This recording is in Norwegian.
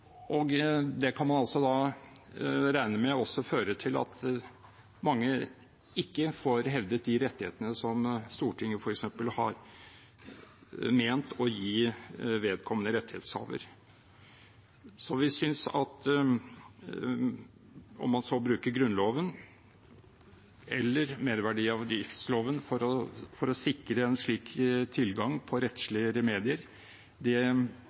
Det kan man da regne med fører til at mange ikke får hevdet de rettighetene som Stortinget, f.eks., har ment å gi vedkommende rettighetshaver. Vi synes at om man bruker Grunnloven eller merverdiavgiftsloven for å sikre en slik tilgang på